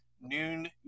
noon